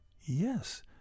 yes